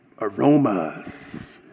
Aromas